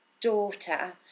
daughter